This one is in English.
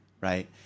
right